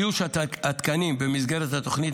איוש התקנים במסגרת התוכנית,